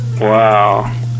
Wow